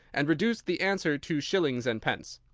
and reduced the answer to shillings and pence.